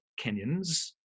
Kenyans